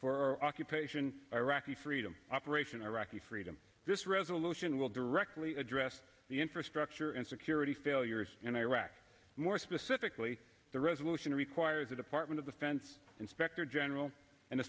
for occupation iraqi freedom operation iraqi freedom this resolution will directly address the infrastructure and security failures in iraq more specifically the resolution requires the department of defense inspector general and the